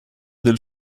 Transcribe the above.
del